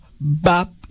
bop